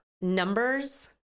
numbers